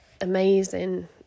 amazing